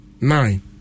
nine